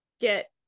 get